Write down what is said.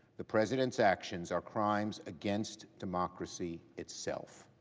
the president's actions are crimes against democracy itself.